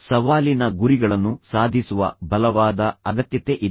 ಸವಾಲಿನ ಗುರಿಗಳನ್ನು ನಿಗದಿಪಡಿಸುವ ಮತ್ತು ಸಾಧಿಸುವ ಬಲವಾದ ಅಗತ್ಯತೆ ಇದೆ